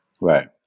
Right